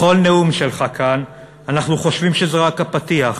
בכל נאום שלך כאן אנחנו חושבים שזה רק הפתיח,